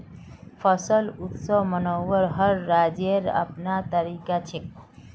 फसल उत्सव मनव्वार हर राज्येर अपनार तरीका छेक